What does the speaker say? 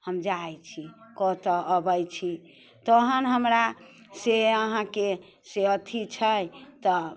हम जाइत छी कऽ तऽ अबैत छी तहन हमरा से अहाँके से अथी छै तऽ